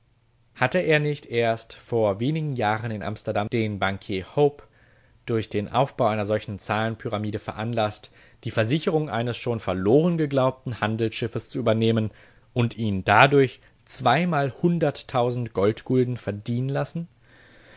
hatte er nicht erst vor wenigen jahren in amsterdam den bankier hope durch den aufbau einer solchen zahlenpyramide veranlaßt die versicherung eines schon verloren geglaubten handelsschiffes zu übernehmen und ihn dadurch zweimalhunderttausend goldgulden verdienen lassen